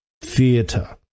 theatre